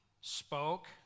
spoke